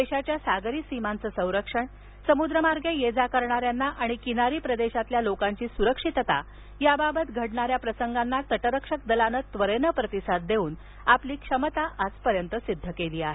देशाच्या सागरी सीमांचं संरक्षण समुद्रमार्गे ये जा करणाऱ्यांना आणि किनारी प्रदेशातल्या लोकांची सुरक्षितता याबाबत घडणाऱ्या प्रसंगांना तटरक्षक दलानं त्वरेनं प्रतिसाद देऊन आपली क्षमता सिद्ध केली आहे